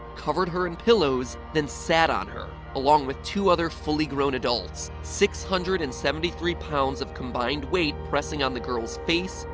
covered her in pillows, then sat on her, along with two other fully grown adults. six hundred and seventy three pounds of combined weight pressing on the girl's face,